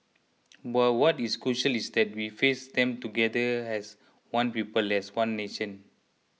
but what is crucial is that we face them together as one people as one nation